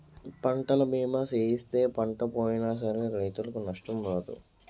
పంటల బీమా సేయిస్తే పంట పోయినా సరే రైతుకు నష్టం రాదు